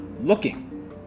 looking